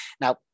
Now